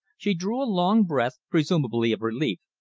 she drew a long breath, presumably of relief,